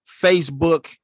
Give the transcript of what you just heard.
Facebook